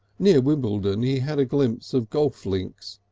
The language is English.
near wimbledon he had a glimpse of golf links,